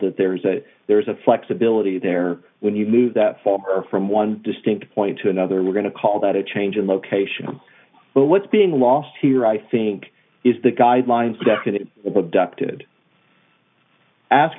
that there is a there is a flexibility there when you move that farmer from one distinct point to another we're going to call that a change in location but what's being lost here i think is the guidelines that abducted ask